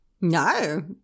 No